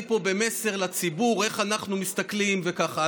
אני פה במסר לציבור, איך אנחנו מסתכלים, וככה.